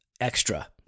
extra